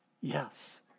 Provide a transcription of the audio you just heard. Yes